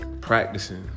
practicing